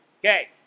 Okay